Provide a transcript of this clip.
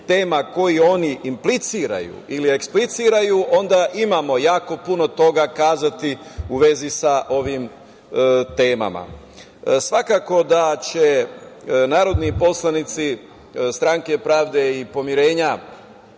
koje oni impliciraju ili ekspliciraju, onda imamo jako puno toga kazati u vezi sa ovim temama. Svakako da će narodni poslanici Stranke pravde i pomirenja